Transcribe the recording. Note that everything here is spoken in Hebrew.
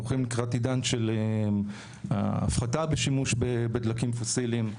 מוכרים קרטידן של הפחתה בשימוש בדלקים פוסיליים.